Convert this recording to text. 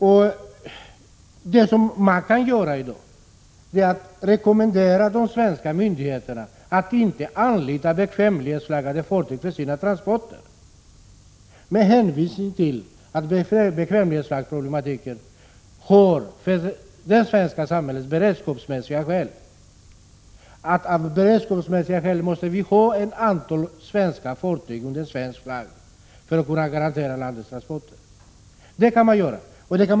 Vad man i dag kan göra är att rekommendera de svenska myndigheterna att inte anlita bekvämlighetsflaggade fartyg för sina transporter med hänvisning till just bekvämlighetsflaggsproblematiken och till att det svenska samhället av beredskapsskäl måste ha ett antal svenska fartyg under svensk flagg för att kunna garantera landets transporter. Det kan man göra utan att — Prot.